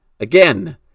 Again